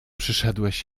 przyszedłeś